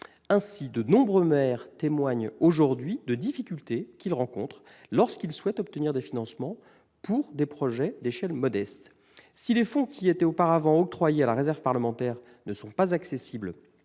matin. De nombreux maires témoignent aujourd'hui des difficultés qu'ils rencontrent lorsqu'ils souhaitent obtenir des financements pour des projets d'échelle modeste. Si les fonds qui étaient auparavant octroyés à la réserve parlementaire ne sont pas accessibles